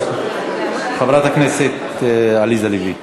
חברת הכנסת עליזה לביא.